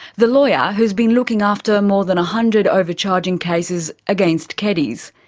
the lawyer who's been looking after more than a hundred overcharging cases against keddies.